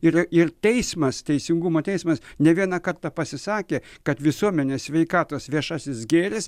ir ir teismas teisingumo teismas ne vieną kartą pasisakė kad visuomenės sveikatos viešasis gėris